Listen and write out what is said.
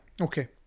Okay